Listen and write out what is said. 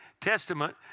Testament